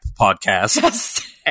podcast